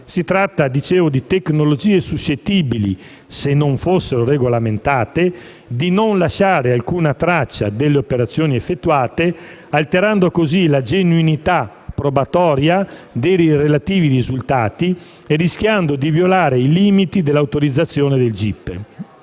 Si tratta di tecnologie suscettibili, se non fossero regolamentate, di non lasciare alcuna traccia delle operazioni effettuate, alterando così la genuinità probatoria dei relativi risultati e rischiando di violare i limiti della autorizzazione del gip.